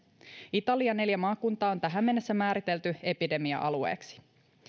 italian neljä maakuntaa on tähän mennessä määritelty epidemia alueeksi